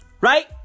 right